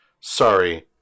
Sorry